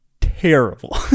terrible